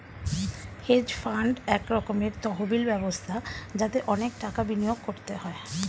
hedge fund এক রকমের তহবিল ব্যবস্থা যাতে অনেক টাকা বিনিয়োগ করতে হয়